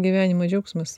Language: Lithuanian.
gyvenimo džiaugsmas